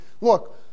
look